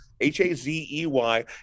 h-a-z-e-y